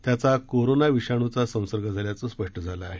त्याचा कोरोना विषाणूचा संसर्ग झाल्याचे स्पष्ट झाले आहे